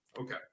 Okay